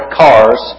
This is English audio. cars